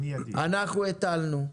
אנחנו הטלנו,